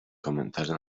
komentarze